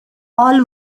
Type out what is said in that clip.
all